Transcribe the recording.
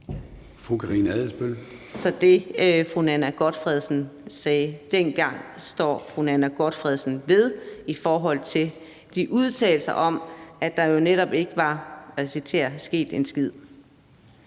Så det, fru Nanna W. Gotfredsen sagde dengang, står fru Nanna W. Gotfredsen ved i forhold til de udtalelser om, at der jo netop ikke var »sket en skid«.